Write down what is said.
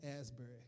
Asbury